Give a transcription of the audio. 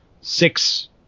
six